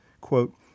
Quote